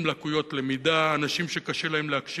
אנשים עם לקויות למידה,